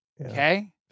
Okay